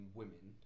women